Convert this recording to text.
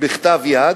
בכתב יד,